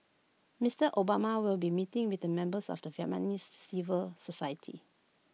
Mister Obama will be meeting with the members of the Vietnamese civil society